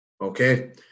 Okay